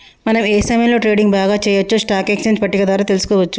మనం ఏ సమయంలో ట్రేడింగ్ బాగా చెయ్యొచ్చో స్టాక్ ఎక్స్చేంజ్ పట్టిక ద్వారా తెలుసుకోవచ్చు